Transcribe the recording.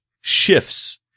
shifts